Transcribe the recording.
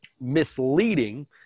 misleading